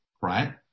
right